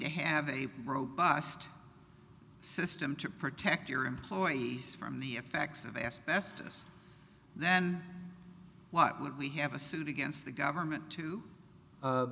to have a robust system to protect your employees from the effects of asbestos then what might we have a suit against the government to